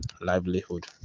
livelihood